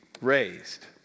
raised